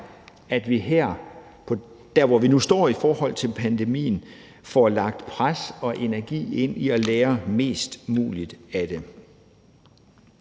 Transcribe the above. at vi der, hvor vi nu står i forhold til pandemien, får lagt pres og energi ind i at lære mest muligt af det.